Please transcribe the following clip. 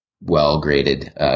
well-graded